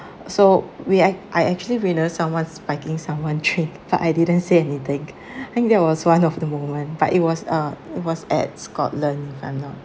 so we I I actually witnessed someone spiking someone drink but I didn't say anything think that was one of the moment but it was uh it was at scotland if I'm not